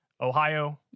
Ohio